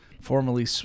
formally